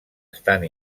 estan